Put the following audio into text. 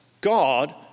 God